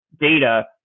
data